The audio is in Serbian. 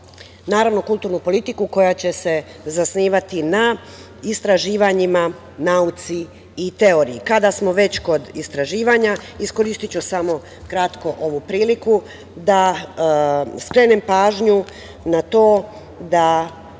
Naravno, kulturnu politiku koja će se zasnivati na istraživanjima, na nauci i teoriji. Kada smo već kod istraživanja, iskoristiću samo kratko ovu priliku da skrenem pažnju na to da